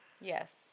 Yes